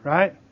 Right